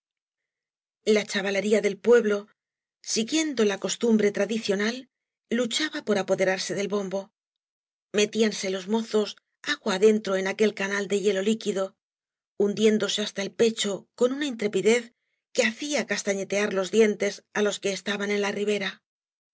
la chavalería del pueblo siguiendo la costum cañas y barro bre tradicional luchaba por apoderarse del bombo metíanse los mozos a ua adeiitrc en aquel cínal de hielo líquido hundiéndose hasta el pecho con uaa intrepidez que hacia castañetear loa dientes á los que estaban en la ribera las